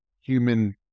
human